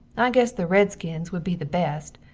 i guess the red skins wood be the best,